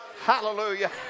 Hallelujah